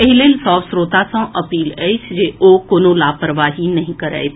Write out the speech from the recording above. एहि लेल सभ श्रोता सॅ अपील अछि जे ओ कोनो लापरवाही नहि करथि